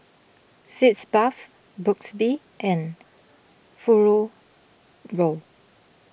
Sitz Bath Burt's Bee and Fururo